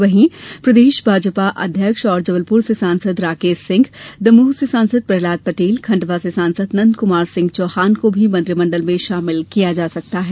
वहीं प्रदेश भाजपा अध्यक्ष एवं जबलपुर से सांसद राकेश सिंह दमोह से सांसद प्रहलाद पटेल खंडवा के सांसद नंद कुमार सिंह चौहान को भी मंत्रिमंडल में शामिल किया जा सकता है